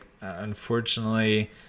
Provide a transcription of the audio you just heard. unfortunately